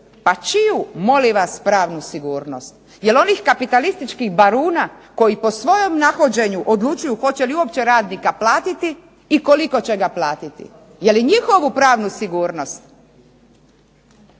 Pa čiju molim vas pravnu sigurnost? Jel onih kapitalističkih baruna koji po svojom nahođenju odlučuju hoće li uopće radnika platiti i koliko će ga platiti. Jel i njihovu pravnu sigurnost.